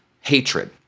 hatred